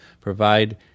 provide –